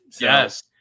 Yes